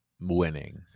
winning